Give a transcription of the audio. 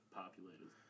populated